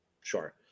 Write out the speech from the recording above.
Sure